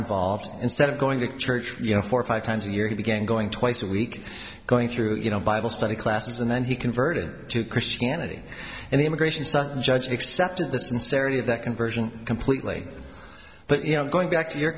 involved instead of going to church you know four or five times a year he began going twice a week going through you know bible study classes and then he converted to christianity and the immigration stuff and judge accepted the sincerity of that conversion completely but you know going back to your